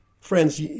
Friends